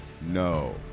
no